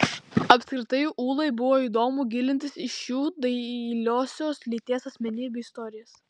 apskritai ūlai buvo įdomu gilintis į šių dailiosios lyties asmenybių istorijas